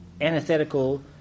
antithetical